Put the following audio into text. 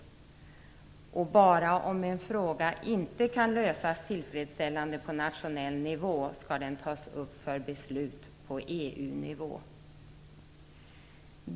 Det är bara om en fråga inte kan lösas tillfredsställande på nationell nivå som den skall tas upp till beslut på EU-nivå.